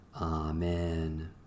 Amen